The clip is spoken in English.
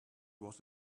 was